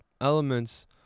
elements